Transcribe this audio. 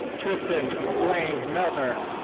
tristan mclane miller.